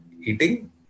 eating